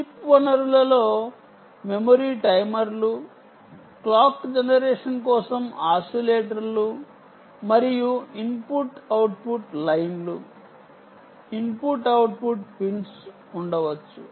chip వనరులలో memory టైమర్లు clock generation కోసం ఆసిలేటర్లు మరియు ఇన్పుట్ అవుట్పుట్ లైన్లు ఇన్పుట్ అవుట్పుట్ పిన్స్ ఉండవచ్చు